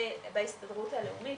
בהסתדרות הלאומית,